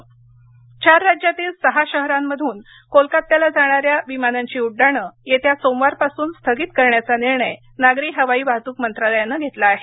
विमान चार राज्यातील सहा शहरांमधून कोलकत्याला जाणाऱ्या विमानांची उड्डाणं येत्या सोमवारपासून स्थगित करण्याचा निर्णय नागरी हवाई वाहतूक मंत्रालयानं घेतला आहे